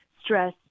stress